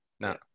No